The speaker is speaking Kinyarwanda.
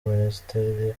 minisiteri